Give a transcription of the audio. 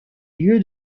lieu